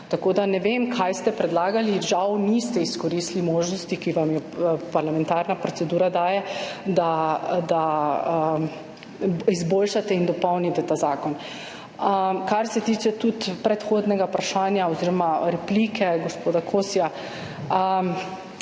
tako da ne vem, kaj ste predlagali. Žal niste izkoristili možnosti, ki vam jo daje parlamentarna procedura, da izboljšate in dopolnite ta zakon. Kar se tiče tudi predhodnega vprašanja oziroma replike gospoda Kosija.